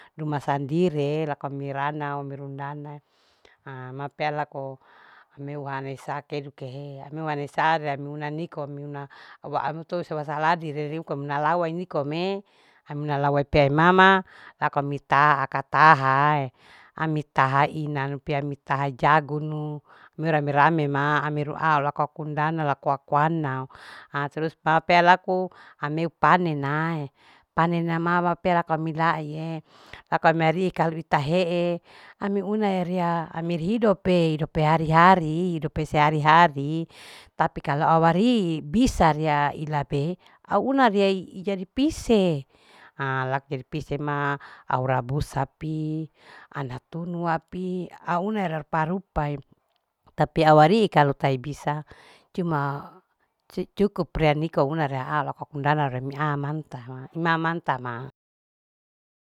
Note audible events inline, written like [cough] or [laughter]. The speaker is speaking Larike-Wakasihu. Duma sandirie laku ami ranau amii undana ha mapea laku ami eu haana hisa keduke ami eu haana hisa ria ami una nikome ami tua ahuse wasaladi ria niko ami una lawai nikome ami una lawa peamama laku ami taha akal taha ami taha inanu taha jaganu ami eu rame. rame ma au laku aku undana laku aku nau ha tarus ma pea laku ami eu panen ae panen ae mama pea laku ami lousie laku ami ariikalu itahee ami unaya ria ami hidope. hidope hari. hari hidope sehari. hari tapi kalu au arii bisa ria ilabe au una ria ijadi pise ha laku dipisema au rabussapi au atunu api. au unaya ria rupa. rupa tapi kalu au arii tahi bisa cuma [hesitation] cukup ria niko una au laku aku undana ria ami aa montuma imamanta ma